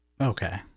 Okay